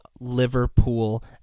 liverpool